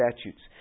statutes